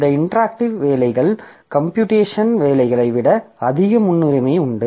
இந்த இன்டராக்ட்டிவ் வேலைகள் கம்பியூடேஷன் வேலைகளை விட அதிக முன்னுரிமை உண்டு